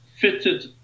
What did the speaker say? fitted